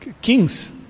kings